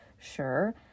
sure